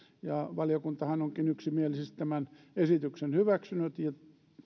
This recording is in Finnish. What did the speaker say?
valiokuntahan onkin yksimielisesti tämän esityksen hyväksynyt ja